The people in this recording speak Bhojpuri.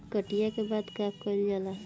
कटिया के बाद का कइल जाला?